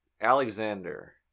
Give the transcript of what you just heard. Alexander